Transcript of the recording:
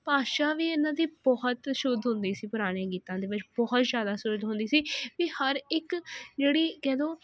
ਭਾਸ਼ਾ ਵੀ ਇਨ੍ਹਾਂ ਦੀ ਬਹੁਤ ਸ਼ੁੱਧ ਹੁੰਦੀ ਸੀ ਪੁਰਾਨੇ ਗੀਤਾਂ ਦੀ ਬਹੁਤ ਜ਼ਿਆਦਾ ਸ਼ੁੱਧ ਹੁੰਦੀ ਸੀ ਵੀ ਹਰ ਇੱਕ ਜਿਹੜੀ ਕਹਿ ਦੋ